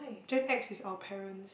Gen-X is our parents